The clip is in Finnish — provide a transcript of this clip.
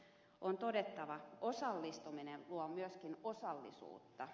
on todettava että osallistuminen luo myöskin osallisuutta